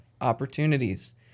opportunities